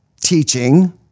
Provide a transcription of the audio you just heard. teaching